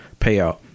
payout